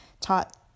taught